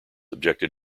objected